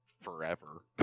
forever